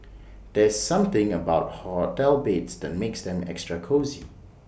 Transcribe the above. there's something about hotel beds that makes them extra cosy